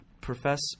profess